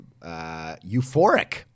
euphoric